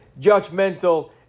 judgmental